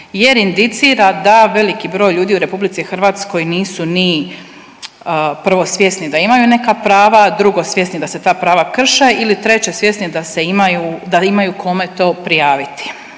jer indicira da veliki broj ljudi u RH nisu ni prvo svjesni da imaju neka prava, drugo, svjesni da se ta prava krše ili treće, svjesni da se imaju, da imaju kome to prijaviti.